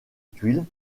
tuiles